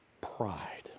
Pride